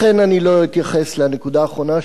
לכן אני לא אתייחס לנקודה האחרונה,